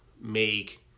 make